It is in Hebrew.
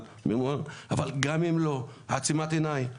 גם אם זה לא מכוון, זו עצימת עיניים ורשלנות,